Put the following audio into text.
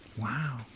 Wow